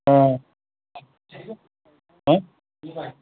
অঁ